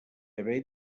haver